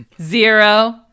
zero